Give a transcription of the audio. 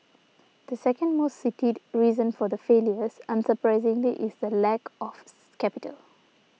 the second most cited reason for their failures unsurprisingly is the lack of capital